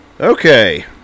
Okay